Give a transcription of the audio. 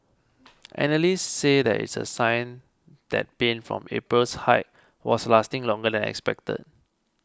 analysts say that it's a sign that pain from April's hike was lasting longer than expected